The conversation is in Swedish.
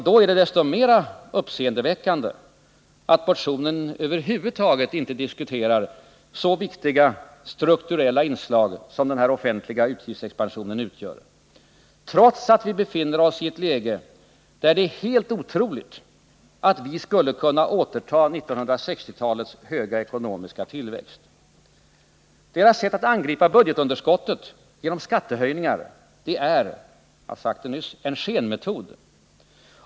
Då är det desto mer uppseendeväckande att motionen över huvud taget inte diskuterar så viktiga strukturella inslag som den offentliga utgiftsexpansionen utgör trots att vi befinner oss i ett läge där det förefaller helt otroligt att vi skulle kunna återta 1960-talets höga ekonomiska tillväxt. Deras sätt att angripa budgetunderskottet, genom skattehöjningar, är — jag har sagt det nyss — en skenmetod.